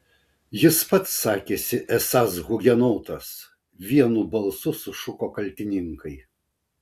jis pats sakėsi esąs hugenotas vienu balsu sušuko kaltininkai